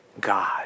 God